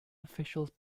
officials